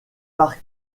parc